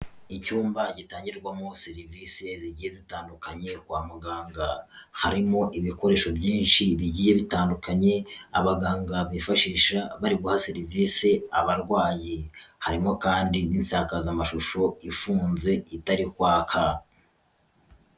Icyumba gitangirwamo serivisi zigiye zitandukanye kwa muganga, harimo ibikoresho byinshi bigiye bitandukanye abaganga bifashisha bari guha serivisi abarwayi. Harimo kandi n'insakazamashusho ifunze, itari kwaka.